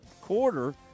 quarter